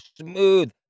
smooth